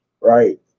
right